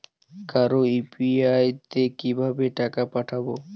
কারো ইউ.পি.আই তে কিভাবে টাকা পাঠাবো?